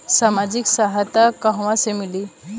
सामाजिक सहायता कहवा से मिली?